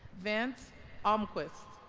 vance almquist